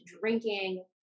drinking